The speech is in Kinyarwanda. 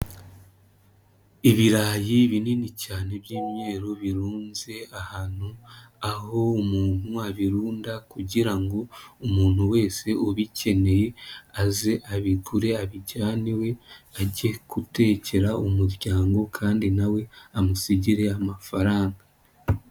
Ibirayi binini cyane by'imyeru birunze ahantu, aho umuntu abirunda kugira ngo umuntu wese ubikeneye, aze abigure abijyane iwe ajye gutekera umuryango kandi na we amusigire amafaranga.